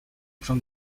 from